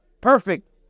perfect